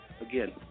again